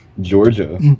Georgia